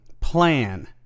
plan